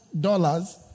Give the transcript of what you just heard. dollars